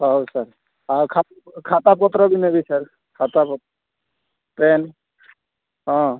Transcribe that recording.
ହଉ ସାର୍ ଆଉ ଖାତା ଖାତାପତ୍ର ବି ନେବି ସାର୍ ଖାତା ପେନ୍ ହଁ